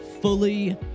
fully